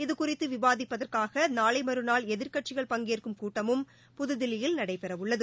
இது குறித்து விவாதிப்பதற்காக நாளை மற்றாள் எதிர்க்கட்சிகள் பங்கேற்கும் கூட்டமும் புதுதில்லியில் நடைபெறவுள்ளது